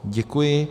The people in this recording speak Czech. Děkuji.